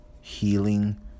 healing